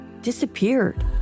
disappeared